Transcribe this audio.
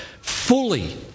fully